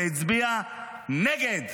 והוא הצביע נגד.